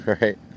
right